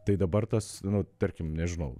tai dabar tas nu tarkim nežinau